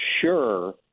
sure